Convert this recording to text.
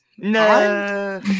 No